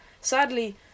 Sadly